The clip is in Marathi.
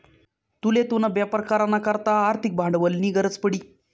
तुले तुना बेपार करा ना करता आर्थिक भांडवलनी गरज पडी